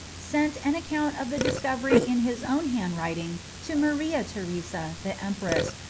sent an account of the discovery in his own handwriting to maria theresa, the empress,